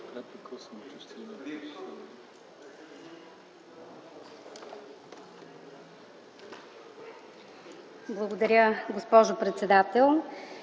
Благодаря, госпожо председател.